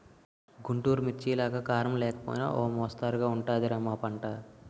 గుంటూరు మిర్చిలాగా కారం లేకపోయినా ఓ మొస్తరుగా ఉంటది రా మా పంట